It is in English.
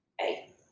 eight